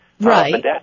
Right